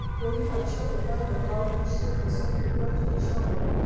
कोई अच्छा उपाय बताऊं जिससे फसल उपज अच्छा होबे